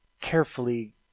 carefully